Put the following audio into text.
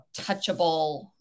touchable